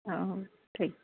हां ठीक